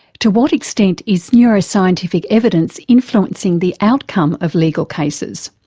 to what extent is neuroscientific evidence influencing the outcome of legal cases?